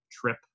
trip